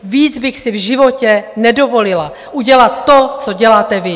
Víc bych si v životě nedovolila, udělat to, co děláte vy.